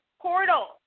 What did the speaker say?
portal